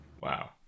Wow